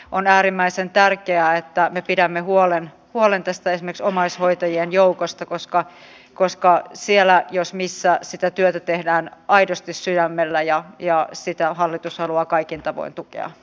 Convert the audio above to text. on äärimmäisen tärkeää että me pidämme huolen esimerkiksi tästä omaishoitajien joukosta koska siellä jos missä sitä työtä tehdään aidosti sydämellä ja sitä hallitus haluaa kaikin tavoin tukea